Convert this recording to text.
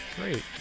Great